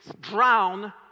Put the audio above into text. drown